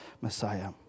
Messiah